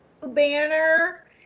banner